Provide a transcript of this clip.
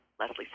Leslie